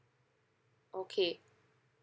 okay